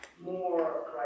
More